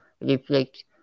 reflect